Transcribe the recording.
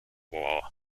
war